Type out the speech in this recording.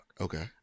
Okay